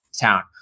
town